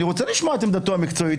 אני רוצה לשמוע את עמדתו המקצועית.